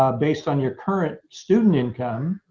um based on your current student income